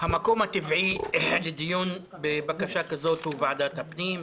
המקום הטבעי לדיון בבקשה שכזו הוא ועדת הפנים,